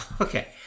okay